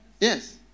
Yes